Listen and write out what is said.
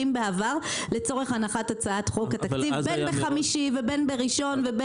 בעבר לצורך הנחת הצעת חוק התקציב בין בחמישי ובין בראשון.